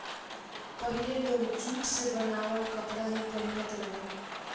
पहिले लोग जुट से बनावल कपड़ा ही पहिनत रहे